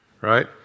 Right